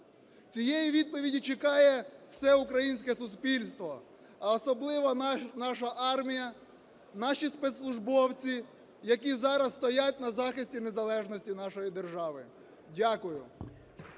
Цієї відповіді чекає все українське суспільство, а особливо наша армія, наші спецслужбовці, які зараз стоять на захисті незалежності нашої держави. Дякую.